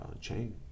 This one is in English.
chain